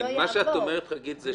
אומרת, חגית,